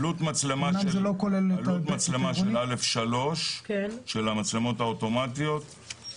עלות מצלמת א'3, של המצלמות האוטומטיות,